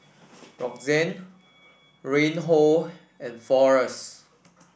Roxann Reinhold and Forrest